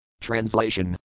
Translation